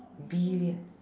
villain